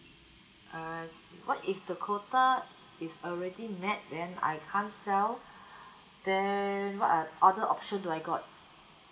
oh I see what if the quota is already met then I can't sell then what are other options do I got